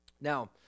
Now